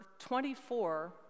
24